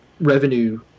revenue